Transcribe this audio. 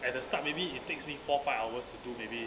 at the start maybe it takes me four five hours to do maybe